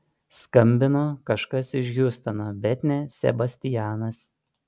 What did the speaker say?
skambino kažkas iš hjustono bet ne sebastianas